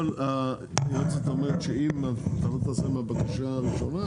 היועצת אומרת שאם אתה לא תעשה מהבקשה הראשונה,